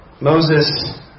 Moses